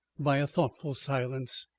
by a thoughtful silence.